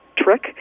trick